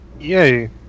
Yay